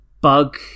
bug